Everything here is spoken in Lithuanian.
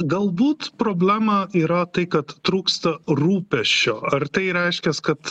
galbūt problema yra tai kad trūksta rūpesčio ar tai reiškias kad